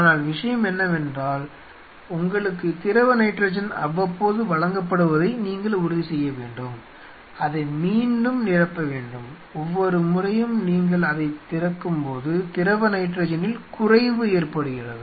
ஆனால் விஷயம் என்னவென்றால் உங்களுக்கு திரவ நைட்ரஜன் அவ்வப்போது வழங்கப்படுவதை நீங்கள் உறுதி செய்ய வேண்டும் அதை மீண்டும் நிரப்ப வேண்டும் ஒவ்வொரு முறையும் நீங்கள் அதைத் திறக்கும்போது திரவ நைட்ரஜனில் குறைவு ஏற்படுகிறது